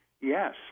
Yes